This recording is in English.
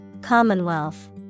Commonwealth